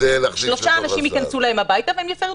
שלושה אנשים ייכנסו להם הביתה והם יפרו